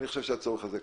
אני חושב שהצורך הזה קיים.